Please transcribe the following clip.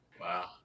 Wow